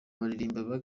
baririmba